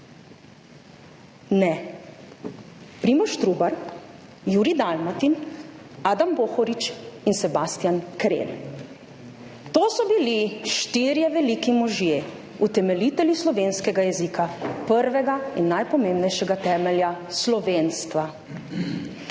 Ne. Primož Trubar, Jurij Dalmatin, Adam Bohorič in Sebastijan Krelj, to so bili štirje veliki možje, utemeljitelji slovenskega jezika, prvega in najpomembnejšega temelja slovenstva.